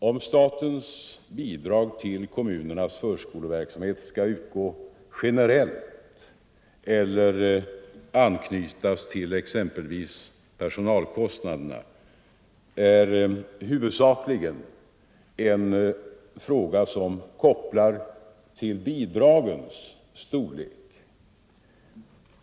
Om statens bidrag till kommunernas förskoleverksamhet skall utgå generellt eller anknytas till exempelvis personalkostnaderna är huvudsakligen en fråga som hänger samman med bidragens storlek.